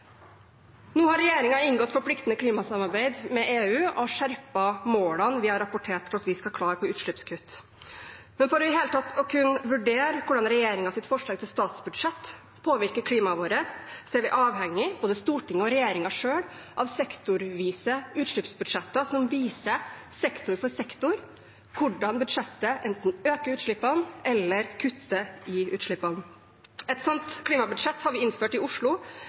Nå har regjeringen inngått forpliktende klimasamarbeid med EU og skjerpet målene vi har rapportert at vi skal klare på utslippskutt. Men for i det hele tatt å kunne vurdere hvordan regjeringens forslag til statsbudsjett påvirker klimaet vårt, er vi – både Stortinget og regjeringen selv – avhengig av sektorvise utslippsbudsjetter som viser, sektor for sektor, hvordan budsjettet enten øker utslippene eller kutter i utslippene. Et sånt klimabudsjett har vi innført i Oslo